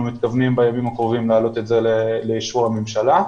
מתכוונים בימים הקרובים להעלות את זה לאישור הממשלה.